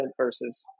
versus